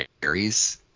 Berries